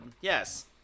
yes